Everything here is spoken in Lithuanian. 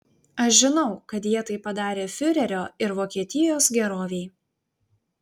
aš žinau kad jie tai padarė fiurerio ir vokietijos gerovei